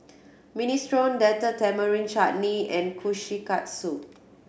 Minestrone Date Tamarind Chutney and Kushikatsu